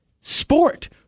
sport